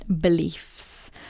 beliefs